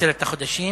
עשרת החודשים,